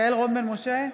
יעל רון בן משה,